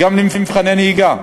גם של מבחני נהיגה.